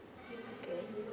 okay